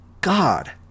God